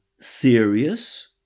serious